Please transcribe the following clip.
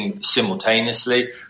simultaneously